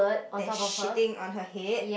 that shitting on her head